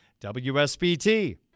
WSBT